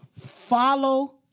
follow